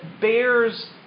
bears